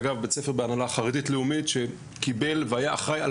אגב בית ספר בהנהלה חרדית-לאומית שקיבל והיה אחראי על